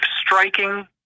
striking